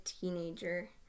teenager